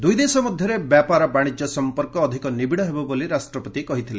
ଦୁଇଦେଶ ମଧ୍ୟରେ ବ୍ୟାପାର ବାଣିଜ୍ୟ ସଫପର୍କ ଅଧିକ ନିବିଡ଼ ହେବ ବୋଲି ରାଷ୍ଟ୍ରପତି କହିଥିଲେ